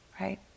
right